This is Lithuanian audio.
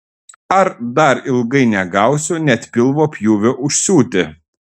ar dar ilgai negausiu net pilvo pjūvio užsiūti